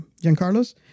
Giancarlo's